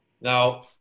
Now